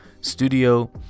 Studio